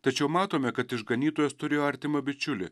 tačiau matome kad išganytojas turėjo artimą bičiulį